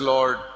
Lord